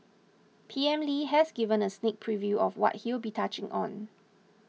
P M Lee has given a sneak preview of what he'll be touching on